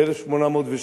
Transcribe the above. ב-1806,